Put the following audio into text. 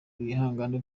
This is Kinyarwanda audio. bihangano